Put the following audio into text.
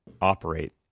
operate